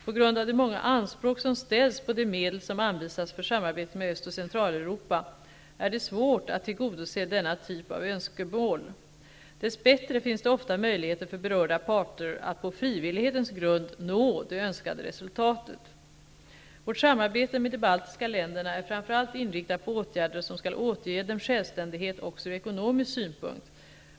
På grund av de många anspråk som ställs på de medel som anvisats för samarbetet med Östoch Centraleuropa är det svårt att tillgodose denna typ av önskemål. Dess bättre finns det ofta möjligheter för berörda parter att på frivillighetens grund nå det önskade resultatet. Vårt samarbete med de baltiska länderna är framför allt inriktat på åtgärder som skall återge dem självständighet också ur ekonomisk synpunkt.